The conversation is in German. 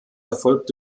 erfolgt